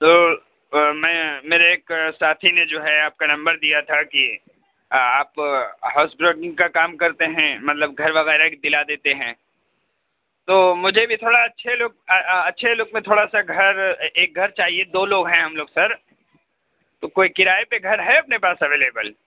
تو میں میرے ایک ساتھی نے جو ہے آپ کا نمبر دیا تھا کہ آپ ہاؤس بروکنگ کا کام کرتے ہیں مطلب گھر وغیرہ دلا دیتے ہیں تو مجھے بھی تھوڑا اچھے لک اچھے لک میں تھوڑا سا گھر ایک گھر چاہیے دو لوگ ہیں ہم لوگ سر تو کوئی کرایے پہ گھر ہے اپنے پاس اویلیبل